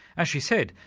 as she said,